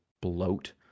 bloat